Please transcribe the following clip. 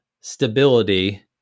stability